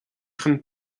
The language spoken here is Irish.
chun